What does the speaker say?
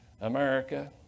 America